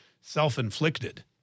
self-inflicted